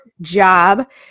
job